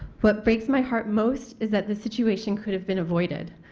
what breaks my heart most is that the situation could have been avoided.